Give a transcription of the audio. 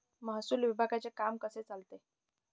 महसूल विभागाचे काम कसे चालते?